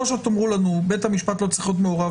או שתאמרו לנו שבית המשפט לא צריך להיות מעורב